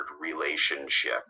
relationship